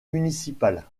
municipal